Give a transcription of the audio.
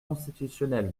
constitutionnelle